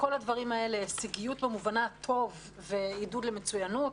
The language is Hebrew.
הישגיות במובנה הטוב ועידוד למצוינות.